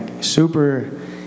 super